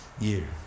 year